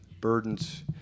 burdens